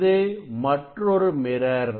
இது மற்றொரு மிரர்